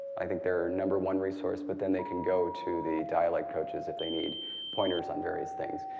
i think, their number one resource, but then they can go to the dialect coaches if they need pointers on various things.